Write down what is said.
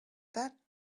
that